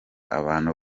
abantu